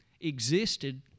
existed